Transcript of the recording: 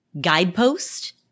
guidepost